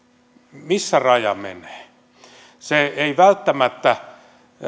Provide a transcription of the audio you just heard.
missä raja menee se ei välttämättä